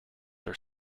are